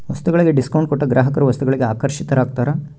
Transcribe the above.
ವಸ್ತುಗಳಿಗೆ ಡಿಸ್ಕೌಂಟ್ ಕೊಟ್ಟಾಗ ಗ್ರಾಹಕರು ವಸ್ತುಗಳಿಗೆ ಆಕರ್ಷಿತರಾಗ್ತಾರ